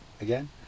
again